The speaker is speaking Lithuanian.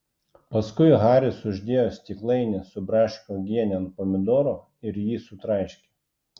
paskui haris uždėjo stiklainį su braškių uogiene ant pomidoro ir jį sutraiškė